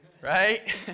right